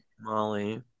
Molly